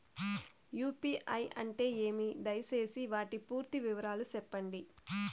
UPI అంటే ఏమి? దయసేసి వాటి పూర్తి వివరాలు సెప్పండి?